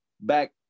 back